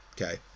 Okay